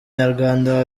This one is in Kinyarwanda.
nyarwanda